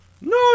No